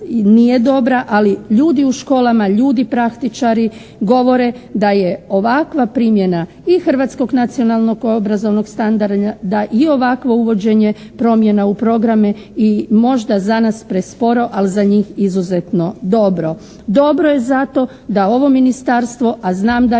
ali ljudi u školama, ljudi praktičari govore da je ovakva primjena i hrvatskog nacionalnog obrazovnog standarda i ovakvo uvođenje promjena u programe i možda za nas presporo ali za njih izuzetno dobro. Dobro je zato da ovo ministarstvo a znam da je